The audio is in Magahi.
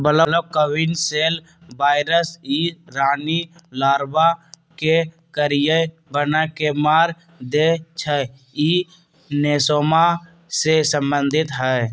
ब्लैक क्वीन सेल वायरस इ रानी लार्बा के करिया बना के मार देइ छइ इ नेसोमा से सम्बन्धित हइ